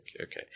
Okay